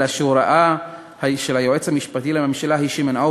אלא שהוראה של היועץ המשפטי לממשלה היא שמנעה,